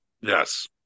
Yes